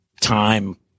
time